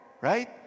right